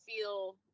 feel